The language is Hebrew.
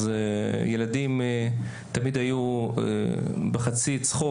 אז ילדים תמיד היו אומרים בחצי צחוק,